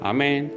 Amen